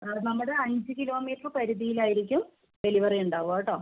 ആ നമ്മുടെ അഞ്ച് കിലോമീറ്റർ പരിതിയിലായിരിക്കും ഡെലിവെറി ഉണ്ടാവുക കെട്ടൊ